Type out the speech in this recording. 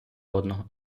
одного